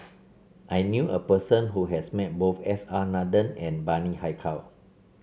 I knew a person who has met both S R Nathan and Bani Haykal